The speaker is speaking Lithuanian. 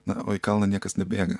na o į kalną niekas nebėga